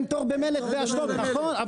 אין תור במלט באשדוד, נכון.